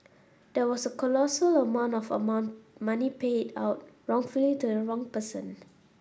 there was a colossal amount of a money paid out wrongfully to the wrong person